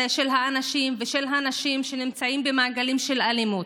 של האנשים ושל הנשים שנמצאים במעגלים של אלימות: